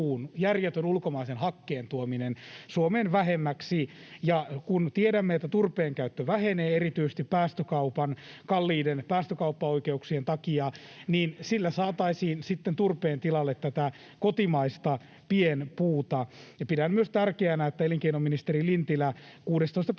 järjetön ulkomaisen hakkeen tuominen Suomeen vähemmäksi, ja kun tiedämme, että turpeen käyttö vähenee erityisesti kalliiden päästökauppaoikeuksien takia, niin sillä saataisiin sitten turpeen tilalle tätä kotimaista pienpuuta. Ja pidän myös tärkeänä, että elinkeinoministeri Lintilä 16.